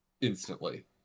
instantly